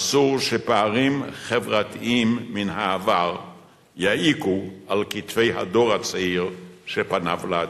אסור שפערים חברתיים מן העבר יעיקו על כתפי הדור הצעיר שפניו לעתיד.